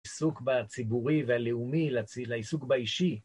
לעיסוק בציבורי והלאומי, לעיסוק באישי.